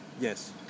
yes